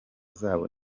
zabo